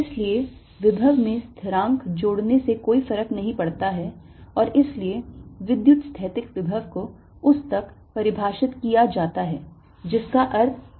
इसलिए विभव में स्थिरांक जोड़ने से कोई फर्क नहीं पड़ता है और इसलिए विद्युतस्थैतिक विभव को उस तक परिभाषित किया जाता है जिसका अर्थ एक स्थिरांक है